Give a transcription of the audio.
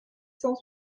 cent